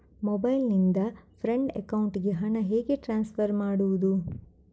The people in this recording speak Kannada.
ಮೊಬೈಲ್ ನಿಂದ ಫ್ರೆಂಡ್ ಅಕೌಂಟಿಗೆ ಹಣ ಹೇಗೆ ಟ್ರಾನ್ಸ್ಫರ್ ಮಾಡುವುದು?